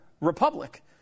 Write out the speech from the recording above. republic